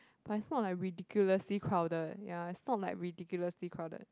but it's not like ridiculously crowded ya it's not like ridiculously crowded